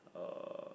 uh